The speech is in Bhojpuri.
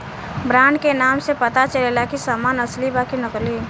ब्रांड के नाम से पता चलेला की सामान असली बा कि नकली